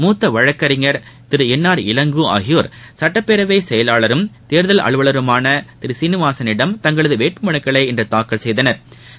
மூத்த வழக்கறிஞர் திரு எள் ஆர் இளங்கோ ஆகியோர் சட்டபேரவை செயலாளரும் தேர்தல் அலுவலருமான திரு சீனிவாசனிடம் தங்களது வேட்புமனுக்களை இன்று தாக்கல் செய்தனா்